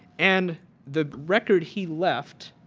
and the record he left